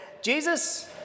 Jesus